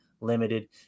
limited